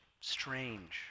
strange